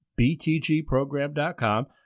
btgprogram.com